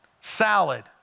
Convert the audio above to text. salad